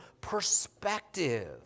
perspective